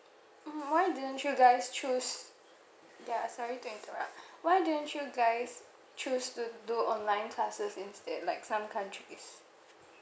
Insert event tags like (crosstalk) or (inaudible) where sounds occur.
mm why didn't you guys choose ya sorry to interrupt (breath) why didn't you guys choose to do online classes instead like some countries